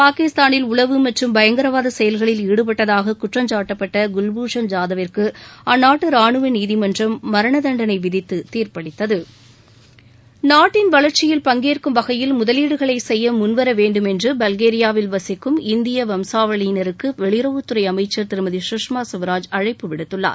பாகிஸ்தானில் உளவு மற்றும் பயங்கரவாத செயல்களில் ஈடுபட்டதாக குற்றம் சாட்டப்பட்ட குல்பூஷன் ஜாதவிற்கு அந்நாட்டு ராணுவ நீதிமன்றம் மரண தண்டனை விதித்து தீர்ப்பளித்தவ நாட்டின் வளர்ச்சியில் பங்கேற்கும் வகையில் முதலீடுகளை செய்ய முன்வர வேண்டும் என்று பல்கேரியாவில் வசிக்கும் இந்திய வம்சாவளியினருக்கு வெளியுறவுத்துறை அமைச்சர் திருமதி சுஷ்மா ஸ்வராஜ் அழைப்பு விடுத்துள்ளார்